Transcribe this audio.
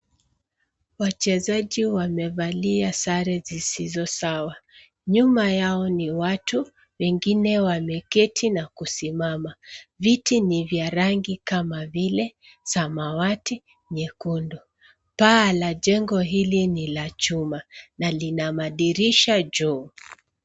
Wachezaji wamevalia sare sizizo sawa. Nyuma yao ni watu, wengine wameketi na kusimama .Viti ni vya rangi kama vile samawati, nyekundu. Paa la jengo hili ni la chuma na lina madirisha juu.